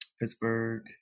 Pittsburgh